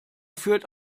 führt